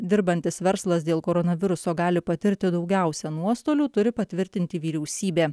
dirbantis verslas dėl koronaviruso gali patirti daugiausia nuostolių turi patvirtinti vyriausybė